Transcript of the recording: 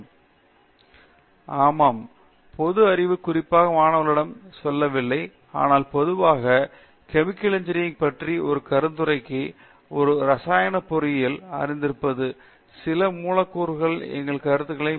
தேஷ்பாண்டே ஆமாம் எனது பொது அறிவு குறிப்பாக மாணவர்களிடம் சொல்லவில்லை ஆனால் பொதுவாக கெமிக்கல் இன்ஜினியரிங் பற்றி ஒரு கருத்துரைக்கு ஒரு இரசாயனப் பொறியியலை அறிந்திருப்பது சில மூலக்கூறுகள் எங்கள் கருத்துகளின் மையம்